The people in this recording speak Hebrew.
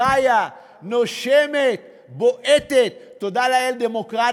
חיה, נושמת, בועטת, תודה לאל דמוקרטית,